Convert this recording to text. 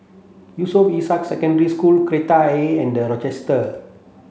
Yusof Ishak Secondary School Kreta Ayer and The Rochester